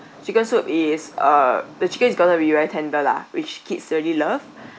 chicken soup is uh the chicken is going to be very tender lah which kids really love